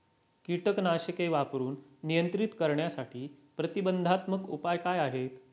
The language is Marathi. कीटकनाशके वापरून नियंत्रित करण्यासाठी प्रतिबंधात्मक उपाय काय आहेत?